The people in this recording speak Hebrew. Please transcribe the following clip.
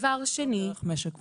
לא דרך החברה למשק וכלכלה.